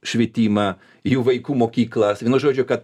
švitimą jų vaikų mokyklas vienu žodžiu kad